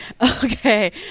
Okay